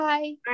Bye